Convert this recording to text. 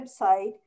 website